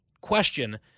question